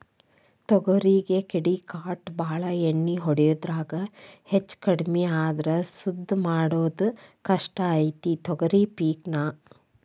ತೊಗರಿಗೆ ಕೇಡಿಕಾಟ ಬಾಳ ಎಣ್ಣಿ ಹೊಡಿದ್ರಾಗ ಹೆಚ್ಚಕಡ್ಮಿ ಆದ್ರ ಸುದ್ದ ಮಾಡುದ ಕಷ್ಟ ಐತಿ ತೊಗರಿ ಪಿಕ್ ನಾ